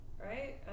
right